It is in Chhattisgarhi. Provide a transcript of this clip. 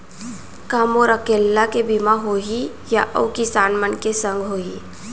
का मोर अकेल्ला के बीमा होही या अऊ किसान मन के संग होही?